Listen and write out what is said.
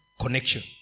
connection